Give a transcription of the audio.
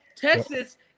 Texas